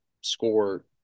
score